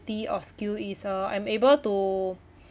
or skill is uh I'm able to